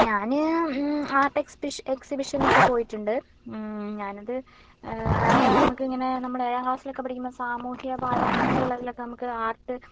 ഞാൻ ആർട്ട് എക്സിബിഷ എക്സിബിഷനൊക്കെ പോയിട്ടുണ്ട് ഞാനത് അതായത് നമുക്കിങ്ങനെ നമ്മൾ ഏഴാം ഏഴാം ക്ലാസ്സിലൊക്കെ പഠിക്കുമ്പോൾ സാമൂഹ്യപാഠം അങ്ങനെയുള്ളതിലൊക്കെ നമുക്ക് ആർട്ട്